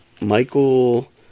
Michael